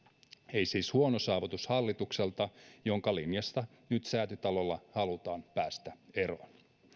ei siis huono saavutus hallitukselta jonka linjasta nyt säätytalolla halutaan päästä eroon